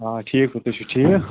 آ ٹھیٖک پٲٹھۍ تُہۍ چھو ٹھیٖک